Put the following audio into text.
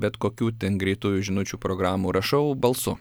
bet kokių ten greitųjų žinučių programų rašau balsu